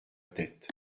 tête